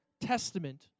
testament